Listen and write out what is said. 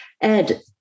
Ed